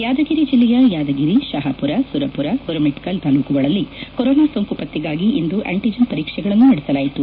ಯಾದಗಿರಿ ಜಿಲ್ಲೆಯ ಯಾದಗಿರಿ ಶಹಾಪುರ ಸುರಪುರ ಗುರುಮಿಠಕಲ್ ತಾಲೂಕುಗಳಲ್ಲಿ ಕೊರೊನಾ ಸೋಂಕು ಪತ್ತೆಗಾಗಿ ಇಂದು ಆಂಟಿಜನ್ ಪರೀಕ್ಷೆಗಳನ್ನು ನಡೆಸಲಾಯಿತು